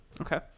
Okay